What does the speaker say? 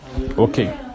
Okay